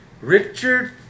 Richard